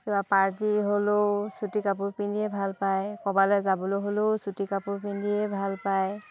কিবা পাৰ্টি হ'লেও চুটি কাপোৰ পিন্ধিয়ে ভাল পায় ক'বালৈ যাবলৈ হ'লেও চুটি কাপোৰ পিন্ধিয়ে ভাল পায়